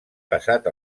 passat